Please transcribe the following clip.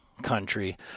country